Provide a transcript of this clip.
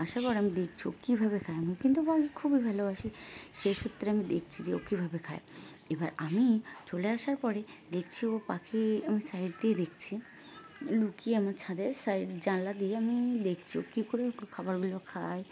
আসার পর আমি দেখছি ও কীভাবে খায় আমি কিন্তু পাখি খুবই ভালোবাসি সেই সূত্রে আমি দেখছি যে ও কীভাবে খায় এবার আমি চলে আসার পরে দেখছি ও পাখি আমি সাইড দিয়ে দেখছি লুকিয়ে আমার ছাদের সাইড জানলা দিয়ে আমি দেখছি ও কী করে ও খাবারগুলো খায়